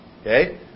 Okay